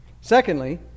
Secondly